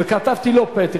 וכתבתי לו פתק.